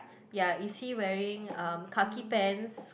ya is he wearing um khaki pants